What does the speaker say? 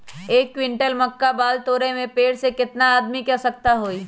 एक क्विंटल मक्का बाल तोरे में पेड़ से केतना आदमी के आवश्कता होई?